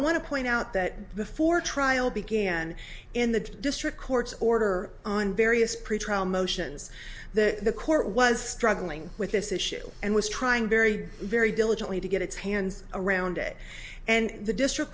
want to point out that before trial began in the district courts order on various pretrial motions that the court was struggling with this issue and was trying very very diligently to get its hands around it and the district